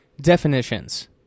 Definitions